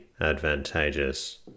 advantageous